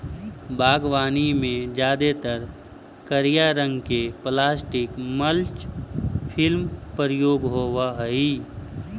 बागवानी में जादेतर करिया रंग के प्लास्टिक मल्च फिल्म प्रयोग होवऽ हई